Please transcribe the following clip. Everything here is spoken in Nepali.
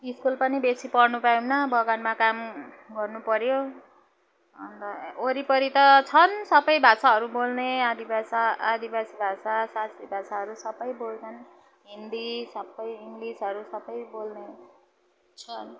स्कुल पनि बेसी पढ्न पाएनौँ बगानमा काम गर्नुपर्यो अन्त वरिपरि त छन् सबै भाषाहरू बोल्ने आदिवा भाषा आदिवासी भाषा सादरी भाषाहरू सबै बोल्छन् हिन्दी सबै इङ्लिसहरू सबै बोल्ने छन्